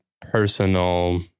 personal